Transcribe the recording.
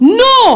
no